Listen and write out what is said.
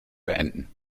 beenden